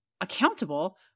accountable